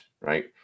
right